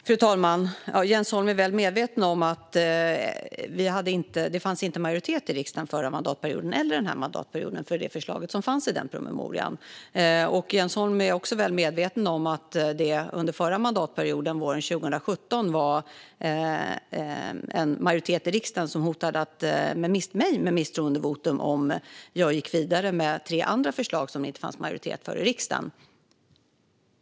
Fru talman! Jens Holm är väl medveten om att det varken under den förra mandatperioden eller under den här mandatperioden fanns majoritet i riksdagen för det förslag som fanns i den promemorian. Jens Holm är också väl medveten om att det under den förra mandatperioden, våren 2017, var en majoritet i riksdagen som hotade mig med misstroendevotum om jag gick vidare med tre andra förslag som det inte fanns majoritet för i riksdagen.